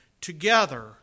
together